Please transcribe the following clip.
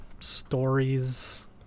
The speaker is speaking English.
stories